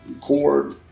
cord